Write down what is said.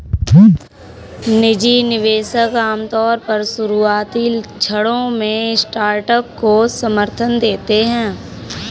निजी निवेशक आमतौर पर शुरुआती क्षणों में स्टार्टअप को समर्थन देते हैं